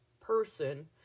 person